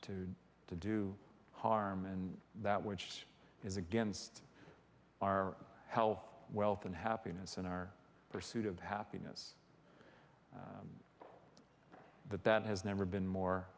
to to do harm and that which is against our health wealth and happiness in our pursuit of happiness but that has never been more